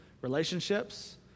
relationships